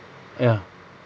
ya